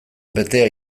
betea